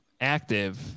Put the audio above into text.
active